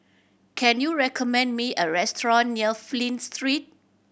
can you recommend me a restaurant near Flint Street